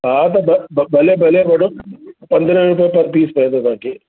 हा ब ब भले भले वठो पंद्रहें रुपए पर पीस पवंदो तव्हांखे